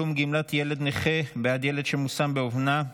242) (תשלום גמלת ילד נכה בעד ילד שמושם באומנה),